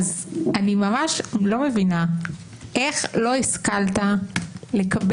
אז אני ממש לא מבינה איך לא השכלת לקבל,